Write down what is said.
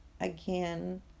again